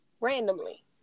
randomly